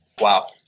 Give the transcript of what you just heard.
Wow